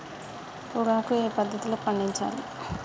పొగాకు ఏ పద్ధతిలో పండించాలి?